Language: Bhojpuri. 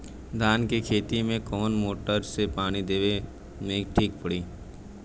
धान के खेती मे कवन मोटर से पानी देवे मे ठीक पड़ी?